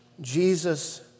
Jesus